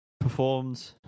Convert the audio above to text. performed